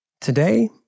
Today